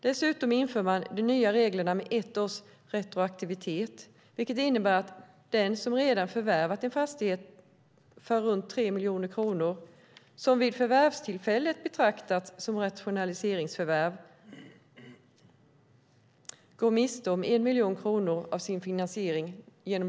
Dessutom införs de nya reglerna med ett års retroaktivitet, vilket innebär att den som redan förvärvat en fastighet för runt 3 miljoner kronor, som vid förvärvstillfället betraktats som rationaliseringsförvärv, går i och med den nya tolkningen miste om 1 miljon kronor av sin finansiering.